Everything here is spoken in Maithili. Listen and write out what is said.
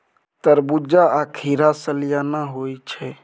तरबूज्जा आ खीरा सलियाना होइ छै